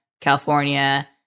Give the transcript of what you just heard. California